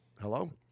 Hello